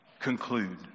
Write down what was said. conclude